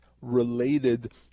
related